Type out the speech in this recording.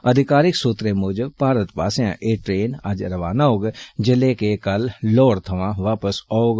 अधिकारक सूत्रें मुजब भारत पास्सेआ एह् ट्रेन अज्ज रवाना होग जेल्ले के एह् कल लाहौर थमां वापस औग